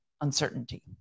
uncertainty